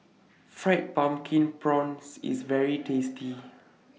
Fried Pumpkin Prawns IS very tasty